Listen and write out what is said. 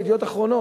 ל"ידיעות אחרונות".